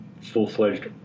full-fledged